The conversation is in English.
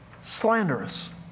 slanderous